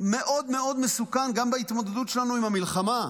מאוד מאוד מסוכן, גם בהתמודדות שלנו עם המלחמה.